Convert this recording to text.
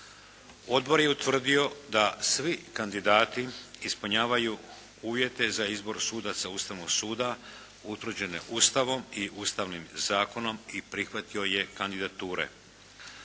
Odbor je utvrdio da svi kandidati ispunjavaju uvijete za izbor sudaca Ustavnog suda utvrđene Ustavom i Ustavnim zakonom i prihvatio je kandidature